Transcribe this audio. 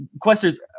questions